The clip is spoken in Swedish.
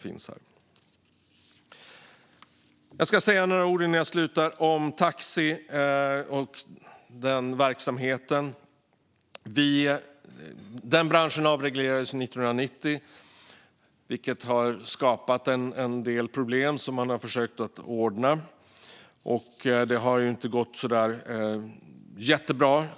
Innan jag slutar ska jag säga några ord om taxiverksamheten. Branschen avreglerades 1990, vilket har skapat en del problem som man har försökt åtgärda. Det har inte gått jättebra.